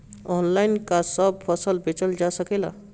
Online का सब फसल बेचल जा सकेला?